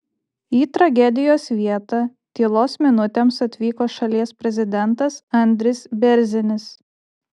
į tragedijos vietą tylos minutėms atvyko šalies prezidentas andris bėrzinis